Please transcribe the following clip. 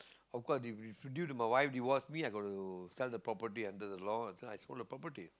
of course due due to my wife divorce me I got to sell the property under the law and so I sold the property